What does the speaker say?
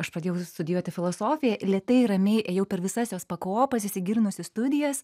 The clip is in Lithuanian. aš pradėjau studijuoti filosofiją lėtai ramiai ėjau per visas jos pakopas įsigilinus į studijas